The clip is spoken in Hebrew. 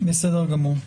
בסדר גמור.